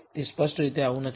તે સ્પષ્ટ રીતે આવું નથી